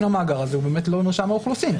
למאגר הזה הוא באמת לא מרשם האוכלוסין.